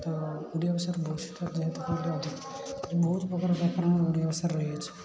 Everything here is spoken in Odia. ତ ଓଡ଼ିଆ ଭାଷାର ବୈଶିଷ୍ଟ୍ୟ ଯେହେତୁ କହିଲେ ଅଧିକ ବହୁତ ପ୍ରକାର ବ୍ୟାକରଣ ଆମ ଓଡ଼ିଆ ଭାଷାରେ ରହିଅଛି